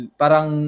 parang